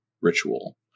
ritual